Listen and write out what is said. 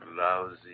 Lousy